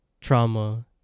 trauma